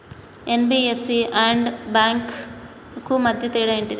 NBFC and banks కు మధ్య తేడా ఏంటిది?